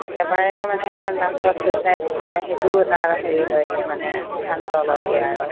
একেবাৰে মানে লাষ্টত ছুইচাইড মানে সেইটোও এটা হেৰি লয়গৈ মানে সিদ্ধান্ত লয়গৈ আৰু